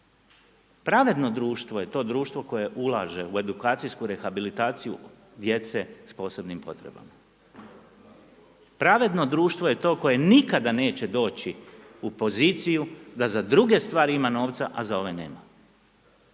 Pravedno društvo je to društvo koje ulaže u edukacijsku rehabilitaciju djece s posebnim potrebama. Pravedno društvo je to koje nikada neće doći u poziciju da za druge stvari ima novca a za druge nema,